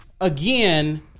again